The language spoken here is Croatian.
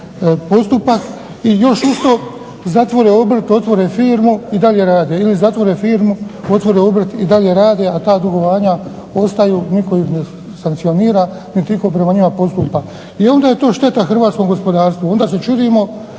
postupak, još uz to zatvore obrt, otvore firmu i dalje rade. Ili zatvore firmu i otvore obrt i dalje rade, a ta dugovanja ostaju nitko ih ne sankcionira niti itko prema njima postupa i onda je to šteta Hrvatskom gospodarstvu, onda se čudimo